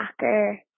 soccer